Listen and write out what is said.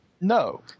no